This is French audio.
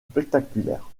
spectaculaire